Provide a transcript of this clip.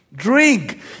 Drink